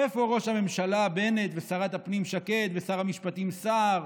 איפה ראש הממשלה בנט ושרת הפנים שקד ושר המשפטים סער?